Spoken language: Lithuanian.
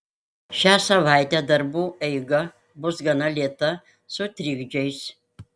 šią savaitę darbų eiga bus gana lėta su trikdžiais